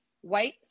white